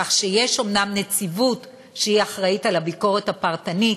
כך שיש אומנם נציבות שהיא אחראית לביקורת הפרטנית,